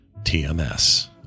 TMS